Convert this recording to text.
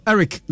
Eric